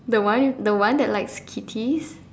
the one the one that likes kitties